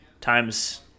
times